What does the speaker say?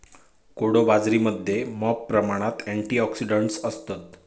कोडो बाजरीमध्ये मॉप प्रमाणात अँटिऑक्सिडंट्स असतत